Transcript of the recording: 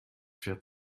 fährt